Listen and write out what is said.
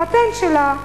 הפטנט שלה,